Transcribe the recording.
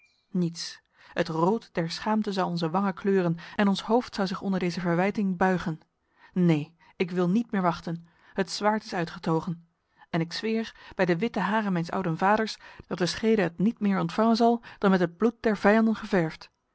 niets het rood der schaamte zou onze wangen kleuren en ons hoofd zou zich onder deze verwijting buigen neen ik wil niet meer wachten het zwaard is uitgetogen en ik zweer bij de witte haren mijns ouden vaders dat de schede het niet meer ontvangen zal dan met het bloed der vijanden geverfd